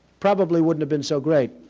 probably wouldn't have been so great.